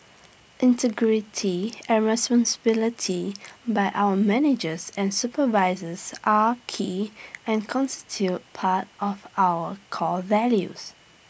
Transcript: integrity and responsibility by our managers and supervisors are key and constitute part of our core values